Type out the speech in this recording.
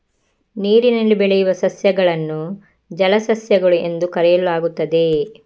ನೀರಿನಲ್ಲಿ ಬೆಳೆಯುವ ಸಸ್ಯಗಳನ್ನು ಜಲಸಸ್ಯಗಳು ಎಂದು ಕರೆಯಲಾಗುತ್ತದೆ